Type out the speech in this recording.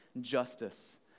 justice